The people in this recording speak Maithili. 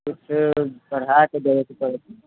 किछु बढ़ायके बोलय पड़त